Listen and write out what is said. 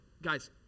guys